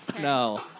no